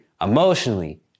emotionally